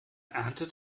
erntet